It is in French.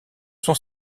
sont